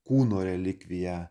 kūno relikviją